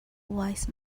wise